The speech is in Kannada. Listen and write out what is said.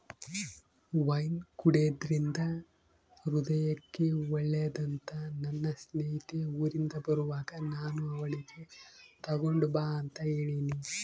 ವೈನ್ ಕುಡೆದ್ರಿಂದ ಹೃದಯಕ್ಕೆ ಒಳ್ಳೆದಂತ ನನ್ನ ಸ್ನೇಹಿತೆ ಊರಿಂದ ಬರುವಾಗ ನಾನು ಅವಳಿಗೆ ತಗೊಂಡು ಬಾ ಅಂತ ಹೇಳಿನಿ